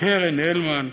קרן הלמן,